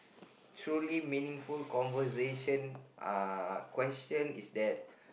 truly meaningful conversation uh question is that